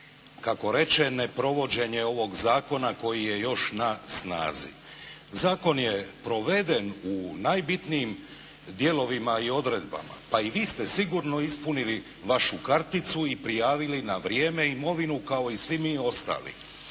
kako reče neprovođenje ovog zakona koji je još na snazi. Zakon je proveden u najbitnijim dijelovima i odredba, pa i vi ste sigurno ispunili vašu karticu i prijavili na vrijeme imovinu kao i svi mi ostali.